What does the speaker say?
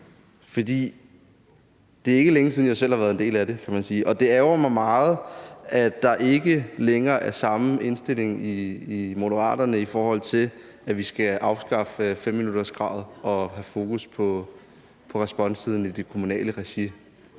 for det er ikke længe siden, at jeg selv har været en del af det, kan man sige, og det ærgrer mig meget, at der ikke længere er samme indstilling hos Moderaterne, i forhold til at vi skal afskaffe 5-minutterskravet og have fokus på responstiden i det kommunale regi.